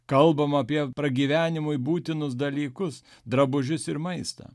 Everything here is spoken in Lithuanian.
kalbama apie pragyvenimui būtinus dalykus drabužius ir maistą